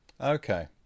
okay